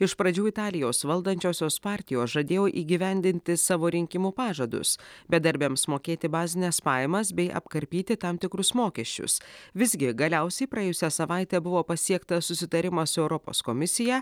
iš pradžių italijos valdančiosios partijos žadėjo įgyvendinti savo rinkimų pažadus bedarbiams mokėti bazines pajamas bei apkarpyti tam tikrus mokesčius visgi galiausiai praėjusią savaitę buvo pasiektas susitarimas su europos komisija